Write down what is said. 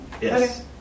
Yes